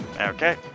Okay